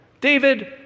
David